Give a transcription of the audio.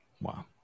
Wow